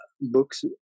books